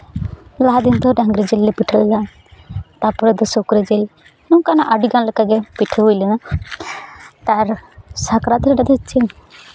ᱞᱟᱦᱟ ᱫᱤᱱ ᱫᱚ ᱰᱟᱝᱨᱤ ᱡᱤᱞ ᱞᱮ ᱯᱤᱴᱷᱟᱹ ᱞᱮᱫᱟ ᱛᱟᱨᱯᱚᱨᱮ ᱫᱚ ᱥᱩᱠᱨᱤ ᱡᱤᱞ ᱱᱚᱝᱠᱟᱱᱟᱜ ᱟᱹᱰᱤᱜᱟᱱ ᱞᱮᱠᱟᱜᱮ ᱯᱤᱴᱷᱟᱹ ᱦᱩᱭ ᱞᱮᱱᱟ ᱟᱨ ᱥᱟᱠᱨᱟᱛ ᱨᱮ ᱞᱟᱹᱜᱤᱫ ᱡᱤᱞ